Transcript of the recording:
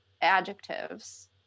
adjectives